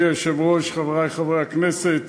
מכובדי היושב-ראש, חברי חברי הכנסת,